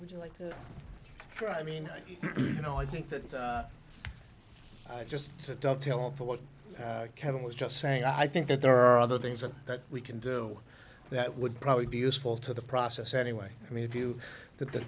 would you like for i mean you know i think that i just don't tell you what kevin was just saying i think that there are other things that we can do that would probably be useful to the process anyway i mean if you th